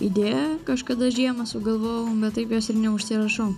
idėją kažkada žiemą sugalvojau bet taip jos ir neužsirašau